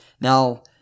Now